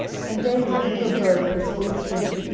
and jehu drew a bow with his full strength,